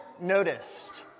noticed